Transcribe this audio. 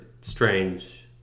strange